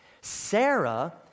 Sarah